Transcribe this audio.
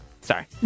Sorry